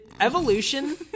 evolution